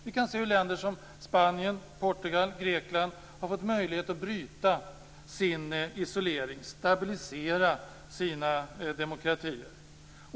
Vi kan se hur länder som Spanien, Portugal och Grekland har fått möjlighet att bryta sin isolering och stabilisera sina demokratier.